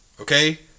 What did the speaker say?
okay